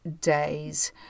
days